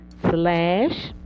slash